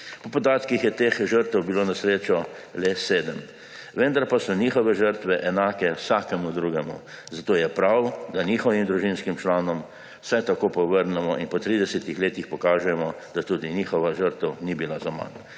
Po podatkih je teh žrtev bilo na srečo le sedem, vendar pa so njihove žrtve enake vsaki drugi, zato je prav, da njihovim družinskim članom vsaj tako povrnemo in po 30 letih pokažemo, da tudi njihova žrtev ni bila zaman.